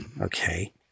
Okay